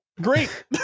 great